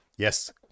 Yes